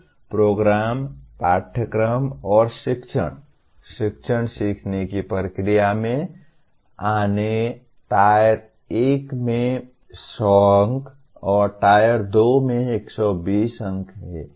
अब प्रोग्राम पाठ्यक्रम और शिक्षण शिक्षण सीखने की प्रक्रिया में आने Tier 1 में 100 अंक और Tier 2 में 120 अंक हैं